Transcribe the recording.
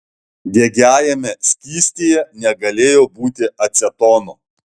degiajame skystyje negalėjo būti acetono